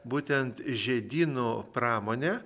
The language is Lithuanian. būtent žiedynų pramonė